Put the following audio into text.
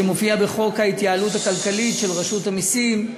שמופיעה בחוק ההתייעלות הכלכלית, לרשות המסים,